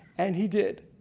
and he did.